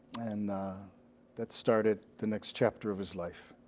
and that started the next chapter of his life.